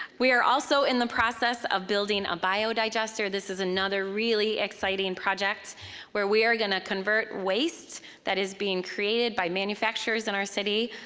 we are also in the process of building a biodigester. this is another really exciting project where we are gonna convert waste that is being created by manufacturers in our city,